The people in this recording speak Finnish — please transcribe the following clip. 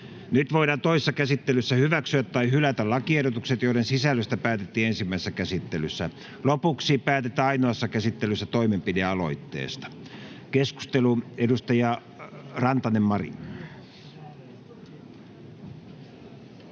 Nyt voidaan toisessa käsittelyssä hyväksyä tai hylätä lakiehdotukset, joiden sisällöstä päätettiin ensimmäisessä käsittelyssä. Lopuksi päätetään ainoassa käsittelyssä toimenpidealoitteesta. — Keskustelu, edustaja Rantanen, Mari.